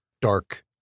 dark